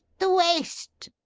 the waste